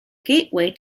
gateway